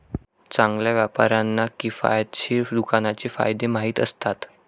चांगल्या व्यापाऱ्यांना किफायतशीर दुकानाचे फायदे माहीत असतात